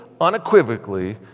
unequivocally